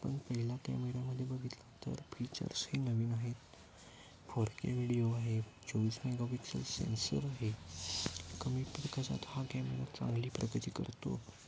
पण पहिला कॅमेरामध्ये बघितला तर फीचर्स हे नवीन आहेत फोर के व्हडिओ आहे चोवीस मेगा पिक्सल सेन्सर आहे कमी प्रकाशात हा कॅमेरा चांगली प्रगती करतो